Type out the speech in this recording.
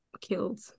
killed